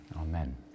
Amen